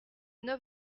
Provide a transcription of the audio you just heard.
neuf